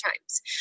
times